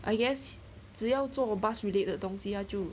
I guess 只要做过 bus relate 的东西他就